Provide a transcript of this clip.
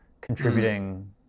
contributing